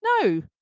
No